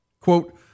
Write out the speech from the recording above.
Quote